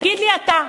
תגיד לי אתה,